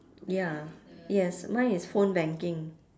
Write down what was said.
ya yes mine is phone banking